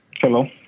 Hello